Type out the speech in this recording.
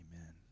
Amen